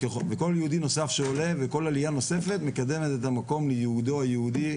וכל יהודי נוסף שעולה וכל עלייה נוספת מקדמת את המקום לייעודו הייעודי,